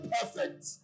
perfect